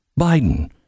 Biden